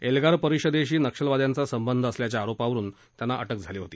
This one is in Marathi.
एल्गार परिषदेशी नक्षलवाद्यांचा संबंध असल्याच्या आरोपा वरून गोन्साल्विस यांना अटक झाली होती